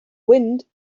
wind